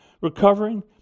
recovering